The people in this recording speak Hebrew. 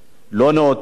לא נאותה.